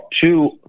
Two